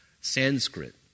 Sanskrit